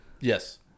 Yes